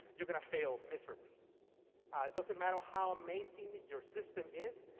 you're going to fail miserably. it doesn't matter how amazing your system is,